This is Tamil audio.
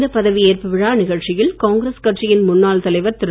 இந்த பதவி ஏற்பு விழா நிகழ்ச்சியில் காங்கிரஸ் கட்சியின் முன்னாள் தலைவர் திரு